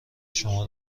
شما